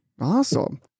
Awesome